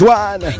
one